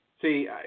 See